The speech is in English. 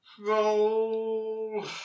Roll